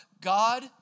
God